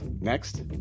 Next